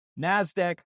NASDAQ